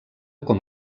com